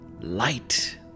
light